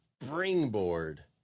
springboard